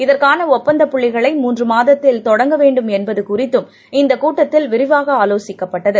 இதற்கானஒப்பந்தப் புள்ளிகளை மூன்றுமாதத்தில் தொடங்க வேண்டும் என்பதுகுறித்தும் இந்தக் கூட்டத்தில் விரிவாகஆலோசிக்கப்பட்டது